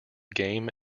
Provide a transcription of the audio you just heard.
game